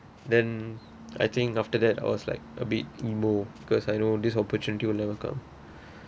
then I think after that I was like a bit emo cause I know this opportunity will never come